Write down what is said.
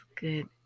good